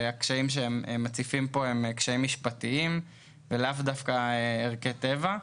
והקשיים שהם מציפים פה הם קשיים משפטיים ולאו דווקא ערכי טבע.